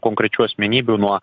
konkrečių asmenybių nuo